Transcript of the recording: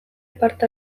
parte